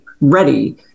ready